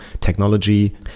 technology